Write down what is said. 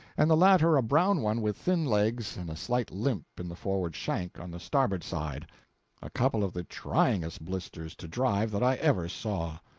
and the latter a brown one with thin legs and a slight limp in the forward shank on the starboard side a couple of the tryingest blisters to drive that i ever saw.